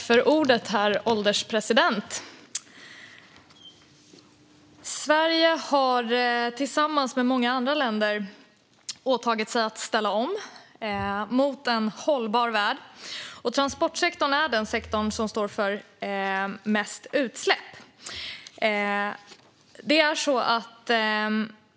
Herr ålderspresident! Sverige har tillsammans med många andra länder åtagit sig att ställa om mot en hållbar värld. Transportsektorn är den sektor som står för mest utsläpp.